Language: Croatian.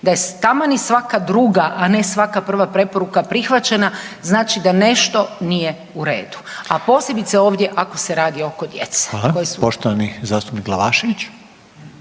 da je taman i svaka druga, a ne svaka prva preporuka prihvaćena znači da nešto nije u redu, a posebice ovdje ako se radi oko djece.